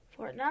Fortnite